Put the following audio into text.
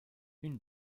une